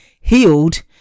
healed